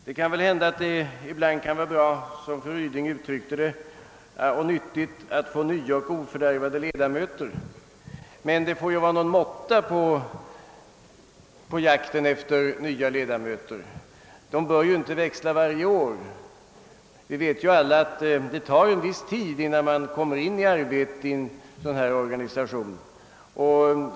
Det kan väl hända att det ibland kan vara bra och nyttigt, som fru Ryding uttryckte det, att få nya och ofördärvade ledamöter, men det får väl vara någon måtta på jakten efter nya ledamöter. De bör ju inte växla varje år. Vi vet att det tar en viss tid innan man kommer in i arbetet i en organisation.